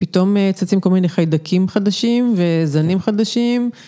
פתאום צצים כל מיני חיידקים חדשים וזנים חדשים.